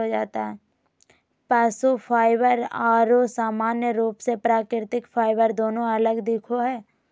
पशु फाइबर आरो सामान्य रूप से प्राकृतिक फाइबर दोनों अलग दिखो हइ